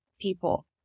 People